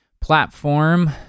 platform